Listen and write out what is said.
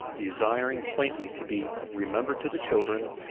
desiring quaintly to be remembered to the children,